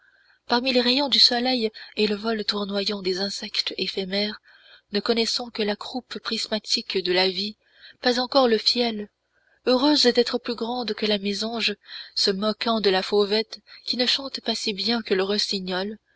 parmi les rayons du soleil et le vol tournoyant des insectes éphémères ne connaissant que la coupe prismatique de la vie pas encore le fiel heureuse d'être plus grande que la mésange se moquant de la fauvette qui ne chante pas si bien que le rossignol